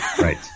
Right